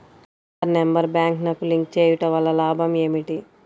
Aadhaar number బ్యాంక్నకు link చేయుటవల్ల లాభం ఏమిటి?